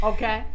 Okay